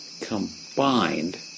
combined